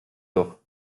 doch